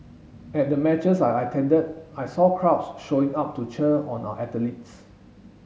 at the matches I attended I saw crowds showing up to cheer on our athletes